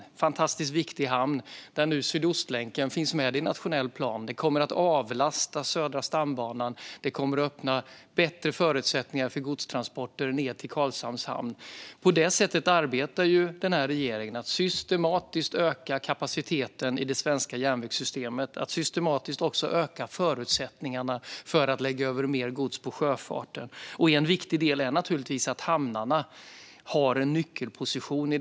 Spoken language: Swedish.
Det är en fantastiskt viktig hamn där nu Sydostlänken finns med i nationell plan. Det kommer att avlasta Södra stambanan och öppna bättre förutsättningar för godstransporter ned till Karlshamns hamn. På det sättet arbetar regeringen med att systematiskt öka kapaciteten i det svenska järnvägssystemet och att systematiskt också öka förutsättningarna för att lägga över mer gods på sjöfarten. En viktig del i detta är naturligtvis hamnarnas nyckelposition.